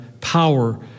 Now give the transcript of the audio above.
power